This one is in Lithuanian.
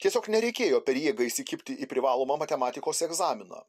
tiesiog nereikėjo per jėgą įsikibti į privalomą matematikos egzaminą